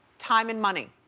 time and money.